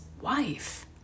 wife